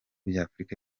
by’afurika